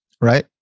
right